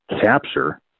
capture